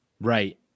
Right